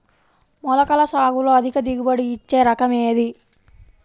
మొలకల సాగులో అధిక దిగుబడి ఇచ్చే రకం ఏది?